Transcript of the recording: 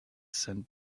sent